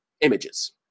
images